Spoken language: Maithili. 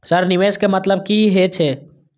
सर निवेश के मतलब की हे छे?